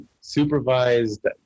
supervised